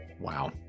wow